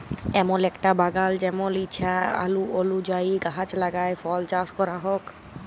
এমল একটা বাগাল জেমল ইছা অলুযায়ী গাহাচ লাগাই ফল চাস ক্যরা হউক